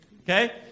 Okay